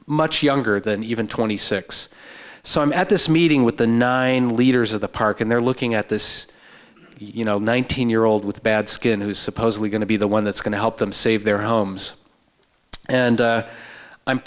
much younger than even twenty six so i'm at this meeting with the nine leaders of the park and they're looking at this you know nineteen year old with bad skin who's supposedly going to be the one that's going to help them save their homes and